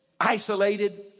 Isolated